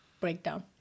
breakdown